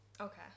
Okay